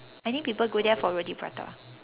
I think people go there for roti prata